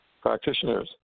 practitioners